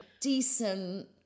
decent